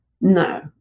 No